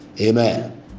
amen